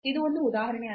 ಇದು ಒಂದು ಉದಾಹರಣೆಯಾಗಿದೆ